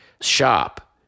shop